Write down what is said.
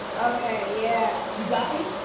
okay, yeah. you got me?